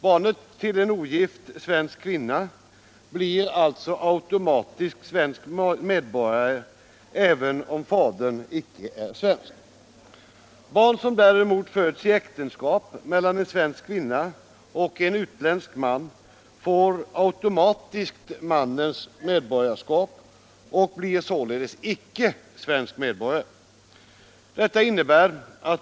Barnet till en ogift svensk kvinna blir alltså automatiskt svensk medborgare även om fadern icke är svensk. Barn som däremot föds i äktenskap mellan en svensk kvinna och en utländsk man får automatiskt mannens medborgarskap och blir således icke svensk medborgare.